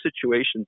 situations